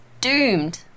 doomed